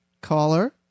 Caller